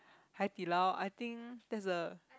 Hai-Di-Lao I think that's the